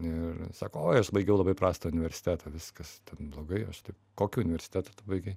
ir sako oi aš baigiau labai prastą universitetą viskas blogai aš taip kokį universitetą tu baigei